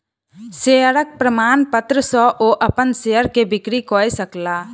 शेयरक प्रमाणपत्र सॅ ओ अपन शेयर के बिक्री कय सकला